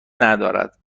ندارد